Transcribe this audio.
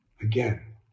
Again